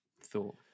thought